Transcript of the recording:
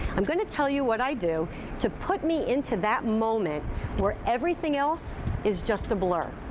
i'm going to tell you what i do to put me into that moment where everything else is just a blur.